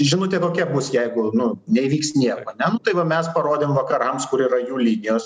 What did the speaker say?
žinutė kokia bus jeigu nu neįvyks nieko ane tai va mes parodėm vakarams kur yra jų linijos